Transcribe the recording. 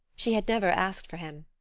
she had never asked for him.